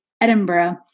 Edinburgh